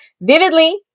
vividly